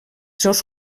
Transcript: seus